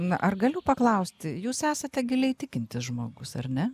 na ar galiu paklausti jūs esate giliai tikintis žmogus ar ne